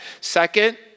second